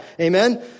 Amen